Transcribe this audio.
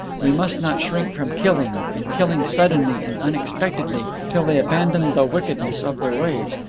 we must not shrink from killing, and killing suddenly and unexpectedly, till they abandon the wickedness of their ways.